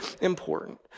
important